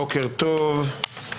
בוקר טוב,